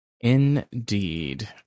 Indeed